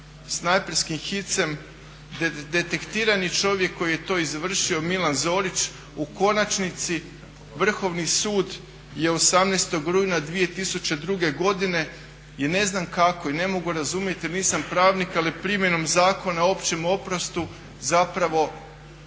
snajperskim hicem. Detektirani čovjek koji je to izvršio Milan Zorić u konačnici Vrhovni sud je 18. rujna 2002. godine ne znam kako i ne mogu razumjeti jer nisam pravnik ali primjenom Zakona o općem oprostu zapravo